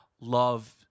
love